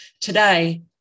Today